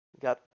got